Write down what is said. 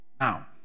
Now